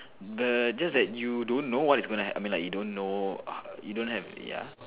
the just that you don't know what is gonna ha~ I mean like you don't know uh you don't have ya